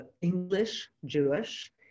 English-Jewish